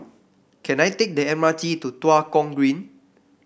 can I take the M R T to Tua Kong Green